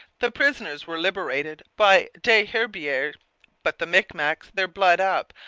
the prisoners were liberated by des herbiers but the micmacs, their blood up,